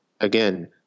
Again